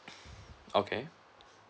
okay